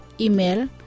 Email